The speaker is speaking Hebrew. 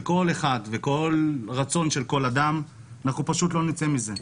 כל אחד ואת הרצון של כל אדם לא נצא מזה.